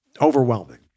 overwhelming